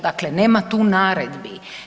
Dakle, nema tu naredbi.